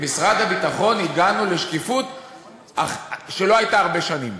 במשרד הביטחון הגענו לשקיפות שלא הייתה הרבה שנים,